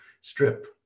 strip